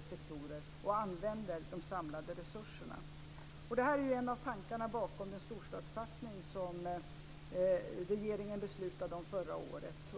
sektorer och använder de samlade resurserna. Det är en av tankarna bakom den storstadssatsning som regeringen beslutade om förra året.